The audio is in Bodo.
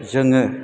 जोङो